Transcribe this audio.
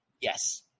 Yes